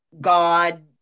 god